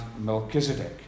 Melchizedek